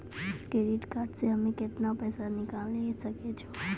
Credit card से हम्मे केतना पैसा निकाले सकै छौ?